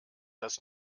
das